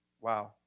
Wow